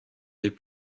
les